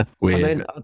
Weird